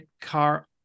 car